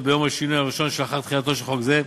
ביום השינוי הראשון שלאחר תחילתו של חוק זה,